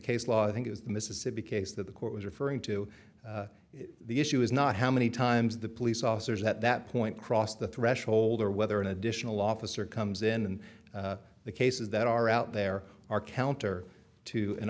case law i think is the mississippi case that the court was referring to the issue is not how many times the police officers at that point cross the threshold or whether an additional officer comes in and the cases that are out there are counter to an